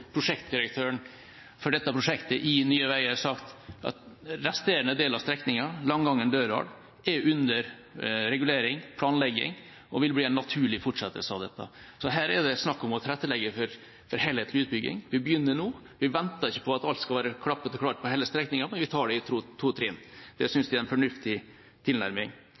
prosjektdirektøren for dette prosjektet i Nye Veier sagt at den resterende delen av strekningen Langangen-Dørdal er under regulering og planlegging, og vil bli en naturlig fortsettelse av det. Her er det snakk om å tilrettelegge for helhetlig utbygging. Vi begynner nå. Vi venter ikke på at alt skal være klappet og klart på hele strekningen, men vi tar det i to trinn. Det synes jeg er en fornuftig tilnærming.